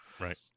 Right